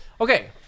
Okay